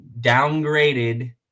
downgraded